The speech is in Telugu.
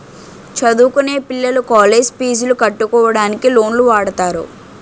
చదువుకొనే పిల్లలు కాలేజ్ పీజులు కట్టుకోవడానికి లోన్లు వాడుతారు